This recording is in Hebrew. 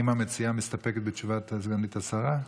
האם המציעה מסתפקת בתשובת הסגנית השרה?